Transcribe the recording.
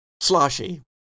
Sloshy